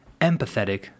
Empathetic